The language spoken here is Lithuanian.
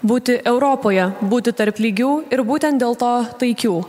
būti europoje būti tarp lygių ir būtent dėl to taikių